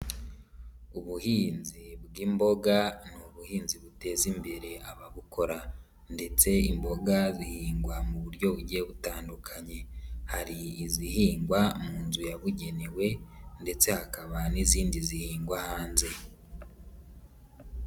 Ubuhinzi bw'imboga n'ubuhinzi buteza imbere ababukora, ndetse imboga bihingwa mu buryo bugiye butandukanye, hari izihingwa mu nzu yabugenewe ndetse hakaba n'izindi zihingwa hanze.